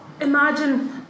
imagine